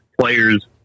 players